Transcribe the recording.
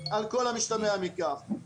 על כל המשתמע מכך.